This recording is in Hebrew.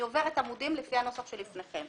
אני עוברת עמודים לפי הנוסח שלפניכם.